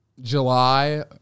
July